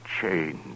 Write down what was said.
change